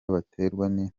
baterwa